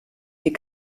die